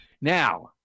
Now